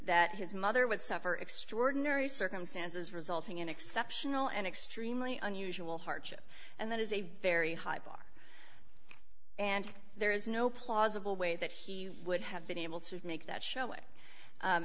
that his mother would suffer extraordinary circumstances resulting in exceptional and extremely unusual hardship and that is a very high bar and there is no plausible way that he would have been able to make that show